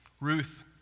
Ruth